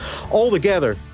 Altogether